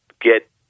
get